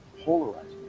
polarizing